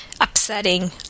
upsetting